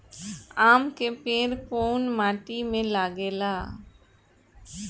आम के पेड़ कोउन माटी में लागे ला?